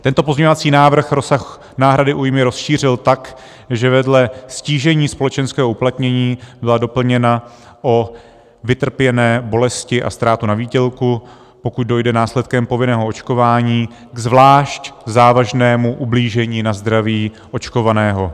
Tento pozměňovací návrh rozsah náhrady újmy rozšířil tak, že vedle ztížení společenského uplatnění byla doplněna o vytrpěné bolesti a ztrátu na výdělku, pokud dojde následkem povinného očkování k zvlášť závažnému ublížení na zdraví očkovaného.